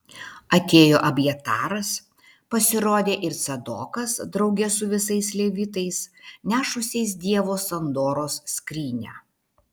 atėjo abjataras pasirodė ir cadokas drauge su visais levitais nešusiais dievo sandoros skrynią